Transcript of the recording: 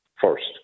first